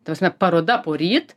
ta prasme paroda poryt